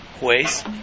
ways